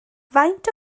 faint